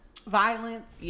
violence